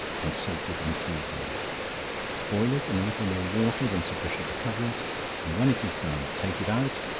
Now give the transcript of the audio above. and salted and seasoned boil it in a little more water than sufficient to cover it and when it is done, take it out,